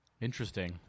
Interesting